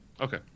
okay